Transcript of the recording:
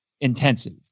intensive